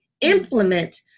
implement